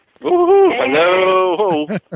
Hello